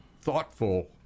thoughtful